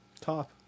Top